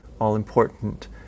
all-important